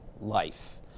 life